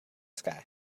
sky